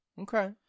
Okay